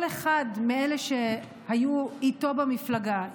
כל אחד מאלה שהיו איתו במפלגה,